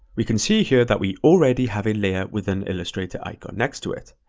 we can see here that we already have a layer with an illustrator icon next to it.